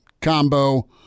combo